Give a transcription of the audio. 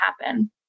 happen